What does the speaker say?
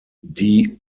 die